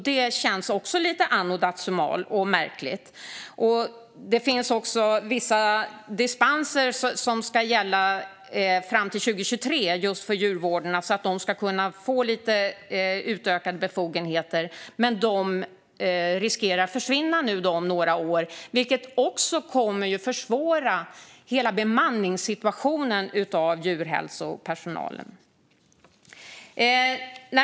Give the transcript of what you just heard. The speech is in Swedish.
Det känns också lite anno dazumal och märkligt. Det finns vissa dispenser som ska gälla fram till 2023 för just djurvårdarna, så att de får lite utökade befogenheter, men dispenserna riskerar att försvinna om några år. Det kommer att försvåra hela bemanningssituationen när det gäller djurhälsopersonal.